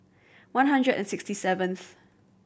one hundred and sixty seventh